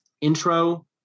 intro